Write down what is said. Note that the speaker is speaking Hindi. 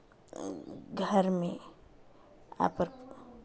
घर में